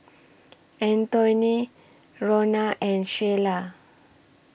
Antoine Ronna and Sheyla